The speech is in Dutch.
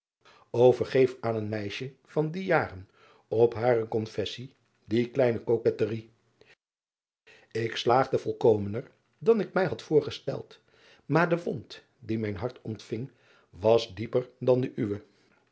o ergeef aan een meisje van die jaren op hare confessie die kleine koquetterie k slaagde volkomener dan ik mij had voorgesteld maar de wond die mijn hart ontving was dieper dan de uwe